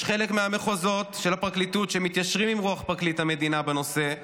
יש חלק מהמחוזות של הפרקליטות שמתיישרים עם רוח פרקליט המדינה בנושא,